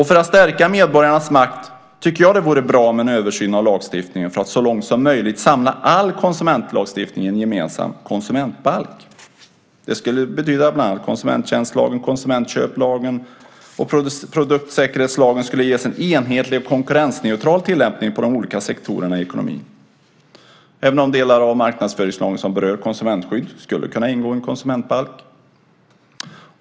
För att stärka medborgarnas makt vore det bra med en översyn av lagstiftningen för att så långt som möjligt samla all konsumentlagstiftning i en gemensam konsumentbalk. Det skulle betyda att bland annat konsumenttjänstlagen, konsumentköplagen och produktsäkerhetslagen skulle ges en enhetlig och konkurrensneutral tillämpning på de olika sektorerna i ekonomin. Även de delar av marknadsföringslagen som berör konsumentskydd skulle kunna ingå i en konsumentbalk.